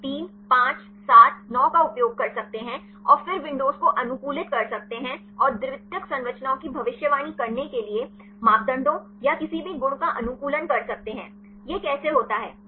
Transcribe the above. वे 3 5 7 9 का उपयोग कर सकते हैं और फिर विंडोज को अनुकूलित कर सकते हैं और द्वितीयक संरचनाओं की भविष्यवाणी करने के लिए मापदंडों या किसी भी गुण का अनुकूलन कर सकते हैं यह कैसे होता है